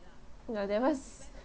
no that was